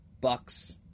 Bucks